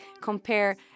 compare